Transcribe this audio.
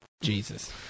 Jesus